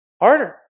harder